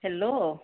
hello